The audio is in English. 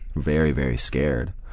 very very scared.